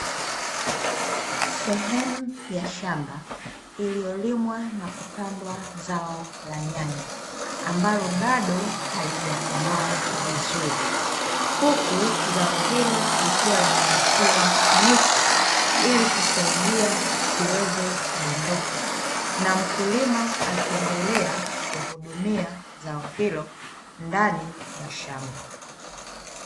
Sehemu ya shamba, iliyolimwa na kupandwa zao la nyanya ambalo bado halijakomaa vizuri, huku zao hilo likiwa limewekewa miti, ili kusaidia lisiweze kudondoka na mkulima akiendelea kuhudumia zao hilo ndani ya shamba.